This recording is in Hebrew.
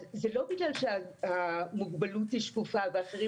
זה לא בגלל שהמוגבלות היא שקופה ואחרים